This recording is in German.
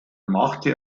machte